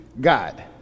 God